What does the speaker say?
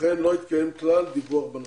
כמו כן לא התקיים כלל דיווח בנושא.